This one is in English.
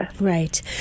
Right